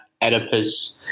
Oedipus